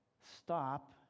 stop